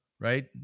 right